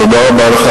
תודה רבה לך.